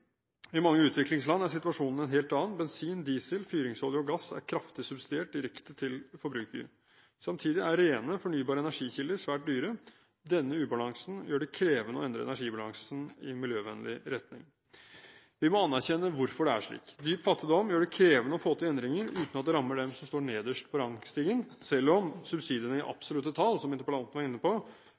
I mange utviklingsland er situasjonen en helt annen. Bensin, diesel, fyringsolje og gass er kraftig subsidiert direkte til forbruker. Samtidig er rene, fornybare energikilder svært dyre. Denne ubalansen gjør det krevende å endre energibalansen i miljøvennlig retning. Vi må anerkjenne hvorfor det er slik. Dyp fattigdom gjør det krevende å få til endringer uten at det rammer dem som står nederst på rangstigen. Selv om subsidiene i absolutte tall, som interpellanten var inne på,